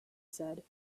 said